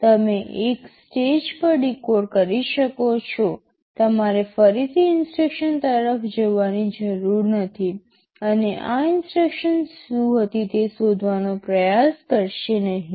તમે એક સ્ટેજ પર ડીકોડ કરી શકો છો તમારે ફરીથી ઇન્સટ્રક્શન તરફ જોવાની જરૂર નથી અને આ ઇન્સટ્રક્શન શું હતી તે શોધવાનો પ્રયાસ કરશે નહીં